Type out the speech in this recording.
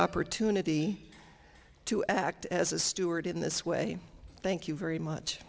opportunity to act as a steward in this way thank you very